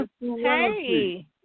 Hey